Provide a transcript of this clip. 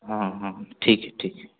हाँ हाँ ठीक है ठीक है